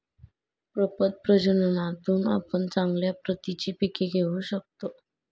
प्रपद प्रजननातून आपण चांगल्या प्रतीची पिके घेऊ शकतो